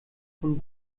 von